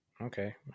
Okay